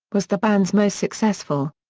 was the band's most successful.